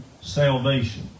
salvation